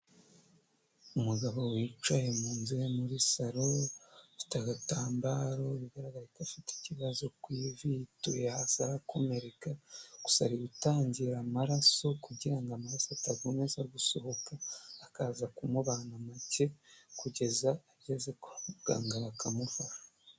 Umugabo wicaye mu nzu iwe muri salon afite agatambaro bigaragara ko afite ikibazo ku ivi, yituye hasi arakomereka. Gusa ari gutangira amaraso kugira ngo amaraso adakomeza gusohoka akaza kumubana make kugeza ageze kwa muganga bakamufasha.